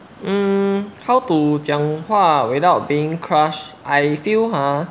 um how to 讲话 without being crush I feel ah